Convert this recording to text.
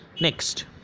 Next